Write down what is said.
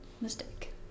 Mistake